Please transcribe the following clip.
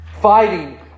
fighting